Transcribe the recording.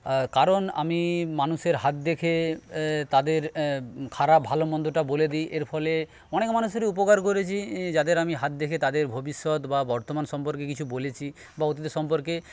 কারণ আমি মানুষের হাত দেখে তাদের খারাপ ভালো মন্দটা বলে দিই এরফলে অনেক মানুষেরই উপকার করেছি যাদের আমি হাত দেখি তাদের ভবিষ্যত বা বর্তমান সম্পর্কে কিছু বলেছি বা অতীতের সম্পর্কে